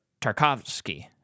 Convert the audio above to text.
Tarkovsky